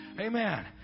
Amen